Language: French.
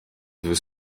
veut